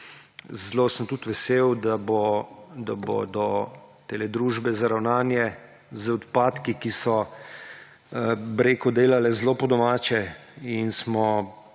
Zelo sem tudi vesel, da bodo te družbe za ravnanje z odpadki, ki so delale zelo po domače.